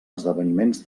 esdeveniments